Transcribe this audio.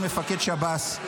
מפקד שב"ס,